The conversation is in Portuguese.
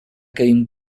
caindo